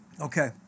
Okay